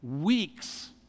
weeks